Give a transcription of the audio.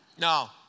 no